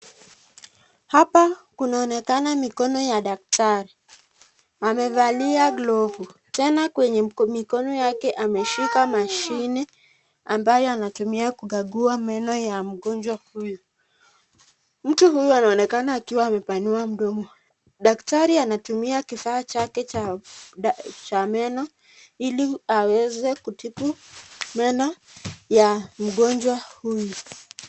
Hapa kunaonekana mikono ya daktari. Amevalia glovu. Tena kwenye mikono yake ameshika mashini ambayo anatumia kukagua meno ya mgonjwa huyu. Mtu huyu anaonekana akiwa amepanuwa mdomo. Daktari anatumia kifaa chake cha meno ili aweze kutibu meno ya mgonjwa huyu.